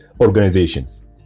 organizations